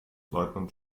leutnant